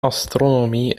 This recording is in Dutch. astronomie